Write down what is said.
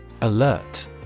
Alert